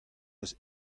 eus